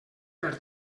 per